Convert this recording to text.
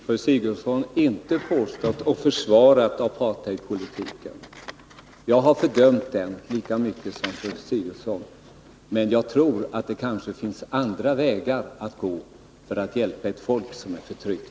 Herr talman! Jag har, fru Sigurdsen, inte försvarat apartheidpolitiken, utan jag har fördömt den lika mycket som fru Sigurdsen. Men jag tror att det kanske finns andra vägar att hjälpa ett folk som är förtryckt.